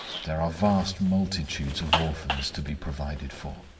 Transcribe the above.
there are vast multitudes of orphans to be provided for.